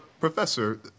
Professor